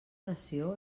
nació